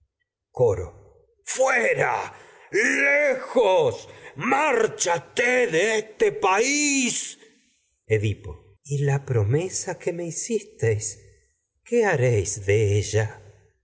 aquí fuera lejos márchate de este país edipo y la promesa que me hicisteis qué haréis de ella